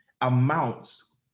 amounts